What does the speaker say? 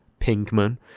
Pinkman